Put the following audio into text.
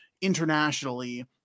internationally